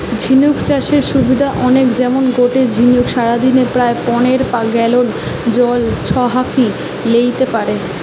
ঝিনুক চাষের সুবিধা অনেক যেমন গটে ঝিনুক সারাদিনে প্রায় পনের গ্যালন জল ছহাকি লেইতে পারে